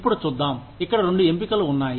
ఇప్పుడు చూద్దాం ఇక్కడ రెండు ఎంపికలు ఉన్నాయి